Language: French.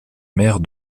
mère